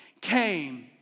came